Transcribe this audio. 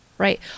Right